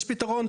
יש פתרון,